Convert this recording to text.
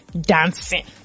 dancing